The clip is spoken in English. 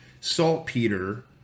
saltpeter